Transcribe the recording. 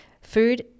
Food